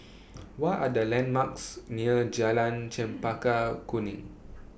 What Are The landmarks near Jalan Chempaka Kuning